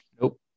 nope